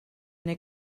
neu